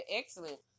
excellent